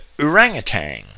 orangutan